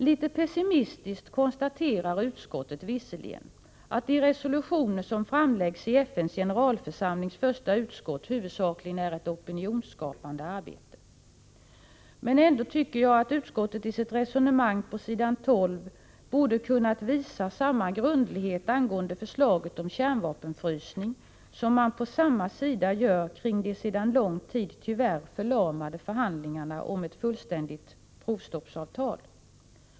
Litet pessimistiskt konstaterar utskottet visserligen att de resolutioner som framläggs i FN:s generalförsamlings första utskott huvudsakligen är ett opinionsskapande arbete, men ändå tycker jag att utskottet i sitt resonemang på s. 12 borde ha kunnat visa samma grundlighet angående förslaget om kärnvapenfrysning som man på samma sida gör kring de tyvärr sedan lång tid förlamade förhandlingarna om ett fullständigt provstoppsavtal.